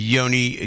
Yoni